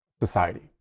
society